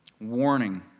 warning